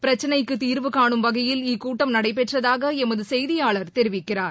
பிரச்சினைக்கு தீர்வு காணும் வகையில் இக்கூட்டம் நடைபெற்றதாக எமது செய்தியாளர் தெரிவிக்கிறார்